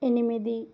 ఎనిమిది